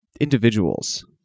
individuals